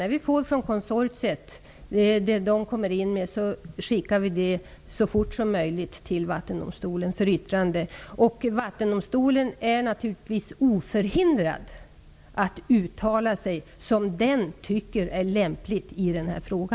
När vi får det material konsortiet kommer in med skickar vi det så fort som möjligt till Vattendomstolen för yttrande. Vattendomstolen är naturligtvis oförhindrad att uttala sig som den tycker är lämpligt i denna fråga.